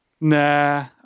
Nah